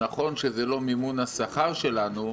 נכון שזה לא מימון השכר שלנו,